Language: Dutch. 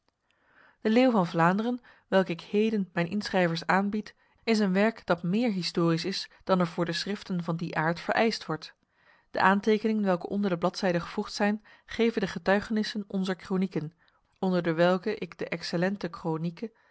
de leeuw van vlaanderen welke ik heden mijn inschrijvers aanbied is een werk dat meer historisch is dan er voor de schriften van die aard vereist wordt de aantekeningen welke onder de bladzijden gevoegd zijn geven de getuigenissen onzer kronieken onder dewelke ik de excellente cronike